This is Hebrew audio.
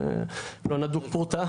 לא נדון פרוטה,